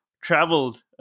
traveled